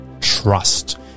trust